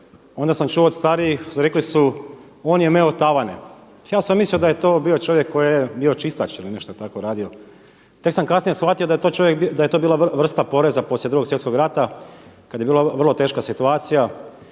onda sam čuo od starijih rekli su – on je meo tavane. Ja sam mislio da je to bio čovjek koji je bio čistač ili je tako nešto redio. Tek sam kasnije shvatio da je to bila vrsta poreza poslije II. Svjetskog rata kada je bila vrlo teška situacija.